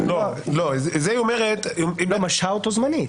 אם היא משהה אותו זמנית.